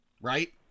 right